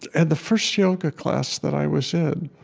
and the first yoga class that i was in,